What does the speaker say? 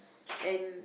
and